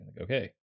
Okay